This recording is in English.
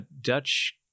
Dutch